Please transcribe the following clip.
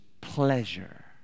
pleasure